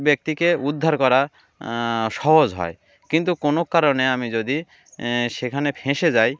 ব্যক্তিকে উদ্ধার করা সহজ হয় কিন্তু কোনো কারণে আমি যদি সেখানে ফেঁসে যাই